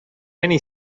many